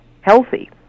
healthy